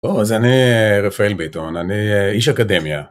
אז אני רפאל ביטון, אני איש אקדמיה.